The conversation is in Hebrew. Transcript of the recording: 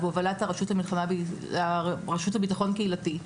בהובלת רשות הביטחון הקהילתי.